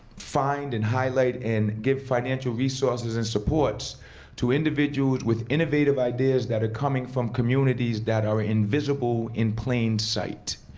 find, and highlight, and give financial resources and supports to individuals with innovative ideas that are coming from communities that are invisible in plain sight.